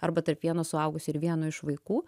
arba tarp vieno suaugusio ir vieno iš vaikų